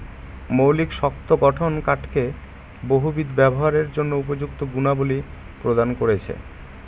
মৌলিক শক্ত গঠন কাঠকে বহুবিধ ব্যবহারের জন্য উপযুক্ত গুণাবলী প্রদান করেছে